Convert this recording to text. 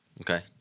Okay